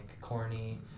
corny